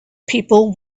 people